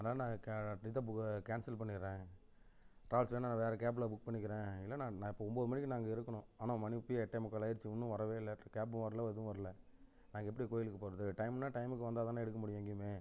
அதனால நான் கே இதை கேன்சல் பண்ணிடுறேன் ட்ராவல்ஸ் வேணுனா நான் வேறு கேபில் புக் பண்ணிக்கிறேன் என்னண்ணா நான் இப்போது ஒம்போது மணிக்கு நான் அங்கே இருக்கணும் ஆனால் மணி இப்போயே எட்டே முக்கால் ஆகிருச்சி இன்னும் வரவே இல்லை கேபும் வரல எதுவும் வரல நாங்கள் எப்படி கோவிலுக்கு போகிறது டைம்னா டைமுக்கு வந்தால் தானே எடுக்க முடியும் எங்கேயுமே